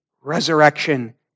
resurrection